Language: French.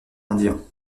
indien